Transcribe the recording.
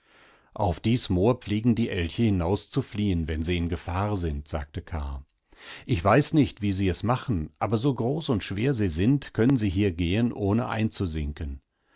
auf dies moor pflegen die elche hinauszufliehen wennsieingefahrsind sagtekarr ichweißnicht wiesie es machen aber so groß und schwer sie sind können sie hier gehen ohne einzusinken